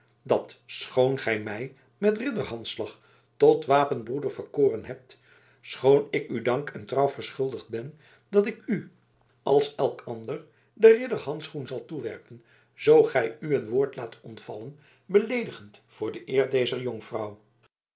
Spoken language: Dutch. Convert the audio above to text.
dat schoon gij mij met ridder handslag tot wapenbroeder verkoren hebt schoon ik u dank en trouw verschuldigd ben dat ik u als elk anderen den ridder handschoen zal toewerpen zoo gij u een woord laat ontvallen beleedigend voor de eer dezer jonkvrouw